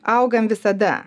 augam visada